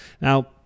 now